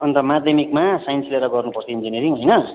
अन्त माध्यमिकमा साइन्स लिएर गर्नुपर्थ्यो इन्जिनियरिङ होइन